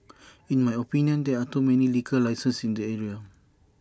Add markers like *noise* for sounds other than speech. *noise* in my opinion there are too many liquor licenses in the area